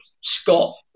Scott